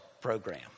program